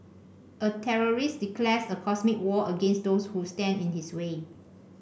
a terrorist declares a cosmic war against those who stand in his way